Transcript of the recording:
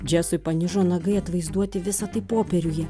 džesui panižo nagai atvaizduoti visa tai popieriuje